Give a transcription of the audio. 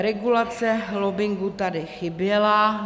Regulace lobbingu tady chyběla.